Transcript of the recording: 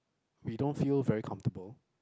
we don't feel very comfortable